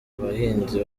abahinzi